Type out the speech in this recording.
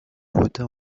vota